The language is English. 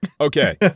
Okay